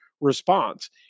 response